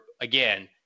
again